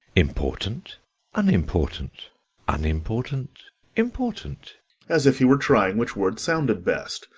important unimportant unimportant important as if he were trying which word sounded best.